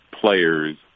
players